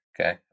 okay